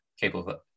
capable